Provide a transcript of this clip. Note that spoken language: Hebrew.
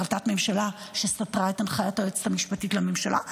זו החלטת ממשלה שסתרה את הנחיית היועצת המשפטית לממשלה,